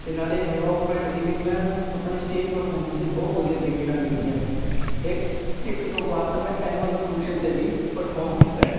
ਅਤੇ ਨਾਲੇ rock band ਦੀ ਵੀ ਮੈਂ ਆਪਣੇ ਸਟੇਜ ਪ੍ਰਫੋਰਮੈਂਸਸ ਬਹੁਤ ਵਧੀਆ ਤਰੀਕੇ ਨਾਲ ਕੀਤੀਆਂ ਨੇ ਅਤੇ ਇੱਕ ਇੱਕ ਦੋ ਵਾਰ ਤਾਂ ਮੈਂ ਅਨੁਅਲ ਫ਼ੰਕਸ਼ਨ 'ਤੇ ਵੀ ਪਰਫੋਰਮ ਕੀਤਾ ਹੈ